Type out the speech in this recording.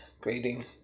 grading